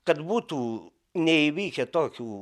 kad būtų neįvykę tokių